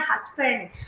husband